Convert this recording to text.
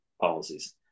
policies